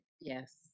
Yes